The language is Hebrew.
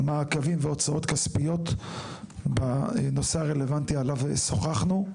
מעקבים והוצאות כספיות בנושא הרלוונטי עליו שוחחנו.